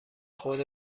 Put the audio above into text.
خود